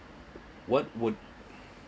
what would